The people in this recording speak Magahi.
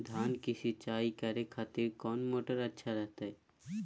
धान की सिंचाई करे खातिर कौन मोटर अच्छा रहतय?